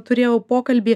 turėjau pokalbį